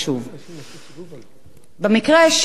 במקרה של העובדים של "קיקה",